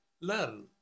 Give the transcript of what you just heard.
Learn